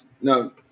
No